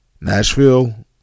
Nashville